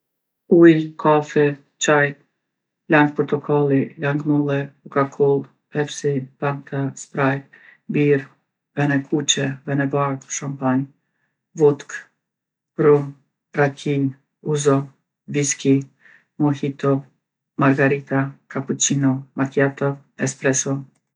Ujë, kafe, qaj, lang portokalli, lang molle, koka kollë, pepsi, fanta, sprajt, birrë, venë e kuqe, venë e bardhë, shampanj, votkë, rum, raki, uzo, viski, mohito, margarita, kapuqino, makijato, ekspreso.